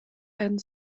and